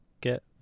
get